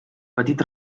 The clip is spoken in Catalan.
petit